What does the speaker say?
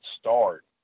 start